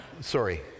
sorry